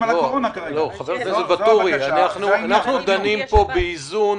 חבר הכנסת ואטורי, אנחנו דנים פה באיזון